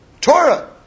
Torah